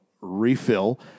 refill